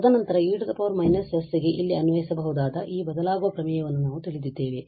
ತದನಂತರ e −s ಗೆ ಇಲ್ಲಿ ಅನ್ವಯಿಸಬಹುದಾದ ಈ ಬದಲಾಗುವ ಪ್ರಮೇಯವನ್ನು ನಾವು ತಿಳಿದಿದ್ದೇವೆ